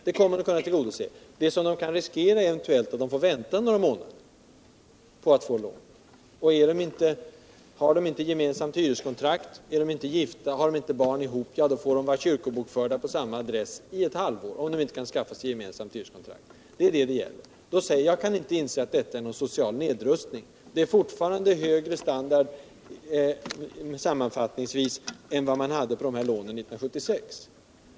Vad de kan riskera är att de eventuellt kan få vänta några månader på att få ett lån, och har de inte gemensamt hyreskontrakt, är de inte gifta, har de inte barn gemensamt måste de vara kyrkobokförda på samma adress i ett halvår om de inte kan skaffa sig gemensamt hyreskontrakt. Det är det förslaget gäller. Då säger jag: Jag kan inte inse att detta är någon social nedrustning. Det är fortfarande högre standard sammanfattningsvis än man hade på de här lånen 1976.